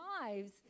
lives